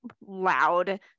loud